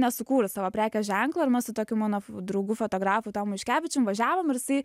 nesukūrus savo prekės ženklo ir mes su tokiu mano draugu fotografu tomu juškevičiumi važiavom ir jisai